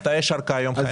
עד מתי יש הארכה כיום?